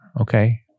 Okay